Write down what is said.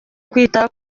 kwita